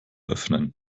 öffnen